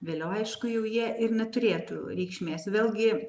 vėliau aišku jau jie ir neturėtų reikšmės vėlgi